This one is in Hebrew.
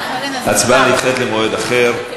ההצבעה נדחית למועד אחר, בוודאי,